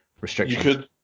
restrictions